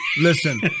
Listen